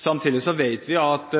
Samtidig vet vi at